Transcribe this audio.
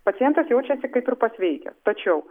pacientas jaučiasi kaip ir pasveikęs tačiau